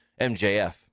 MJF